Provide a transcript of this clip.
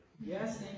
Yes